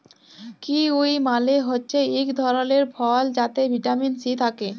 kiwi মালে হছে ইক ধরলের ফল যাতে ভিটামিল সি থ্যাকে